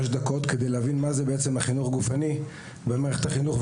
דקות כדי להבין מה זה החינוך הגופני במערכת החינוך,